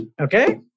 Okay